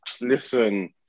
Listen